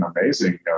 amazing